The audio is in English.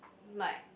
might